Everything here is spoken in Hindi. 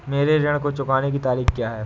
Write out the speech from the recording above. मेरे ऋण को चुकाने की तारीख़ क्या है?